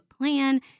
plan